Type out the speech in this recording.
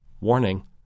Warning